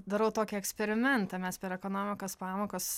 darau tokį eksperimentą mes per ekonomikos pamokas